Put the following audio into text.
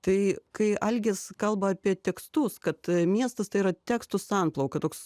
tai kai algis kalba apie tekstus kad miestas tai yra tekstų samplaika toks